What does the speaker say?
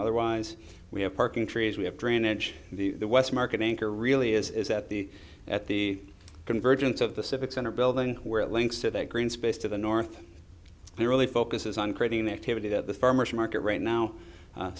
otherwise we have parking trees we have drainage the west market anchor really is at the at the convergence of the civic center building where it links to that green space to the north and really focuses on creating the activity that the farmer's market right now